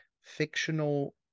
fictional